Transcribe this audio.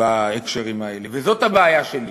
בהקשרים האלה, וזו הבעיה שלי.